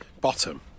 Bottom